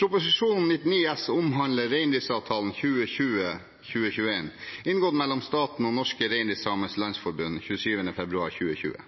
Proposisjon 99 S omhandler Reindriftsavtalen 2020/2021 inngått mellom staten og Norske Reindriftsamers Landsforbund 27. februar 2020.